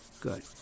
Good